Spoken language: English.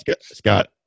Scott